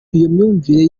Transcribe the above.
myumvire